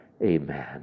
Amen